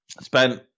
Spent